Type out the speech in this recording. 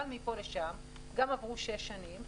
אבל מפה לשם גם עברו שש שנים,